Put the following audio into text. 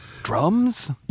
Drums